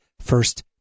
first